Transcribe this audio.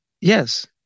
Yes